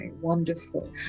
wonderful